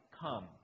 come